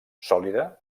sòlida